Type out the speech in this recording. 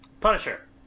Punisher